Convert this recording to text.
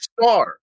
star